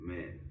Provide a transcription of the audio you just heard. Man